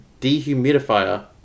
dehumidifier